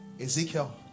Ezekiel